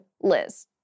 Liz